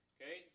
Okay